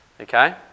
Okay